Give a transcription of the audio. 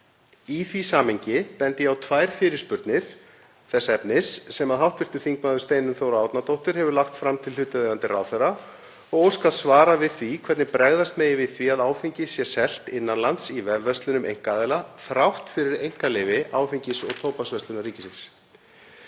Í því samhengi bendi ég á tvær fyrirspurnir þess efnis sem hv. þm. Steinunn Þóra Árnadóttir hefur lagt fram til hlutaðeigandi ráðherra og óskað svara við því hvernig bregðast megi við því að áfengi sé selt innan lands í vefverslunum einkaaðila þrátt fyrir einkaleyfi Áfengis- og tóbaksverslunar ríkisins.